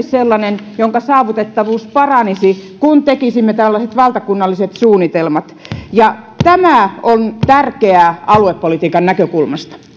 sellainen jonka saavutettavuus paranisi kun tekisimme tällaiset valtakunnalliset suunnitelmat tämä on tärkeää aluepolitiikan näkökulmasta